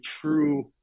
true